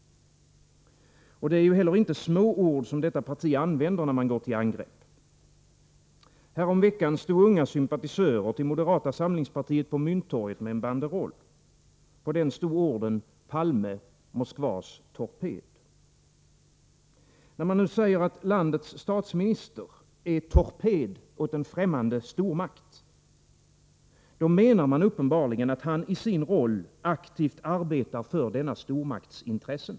Det är inte heller små ord som detta parti använder när man går till angrepp. Häromveckan stod unga sympatisörer till moderata samlingspartiet på Mynttorget med en banderoll. På den stod orden: Palme — Moskvas torped. När man nu säger att landets statsminister är torped åt en främmande stormakt, då menar man uppenbarligen att han i sin roll aktivt arbetar för denna stormakts intressen.